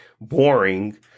boring